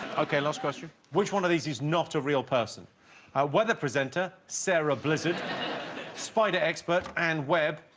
okay last question which one of these is not a real person our weather presenter sarah blizzard spider expert and web